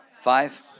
Five